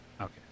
Okay